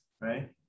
right